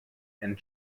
and